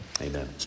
Amen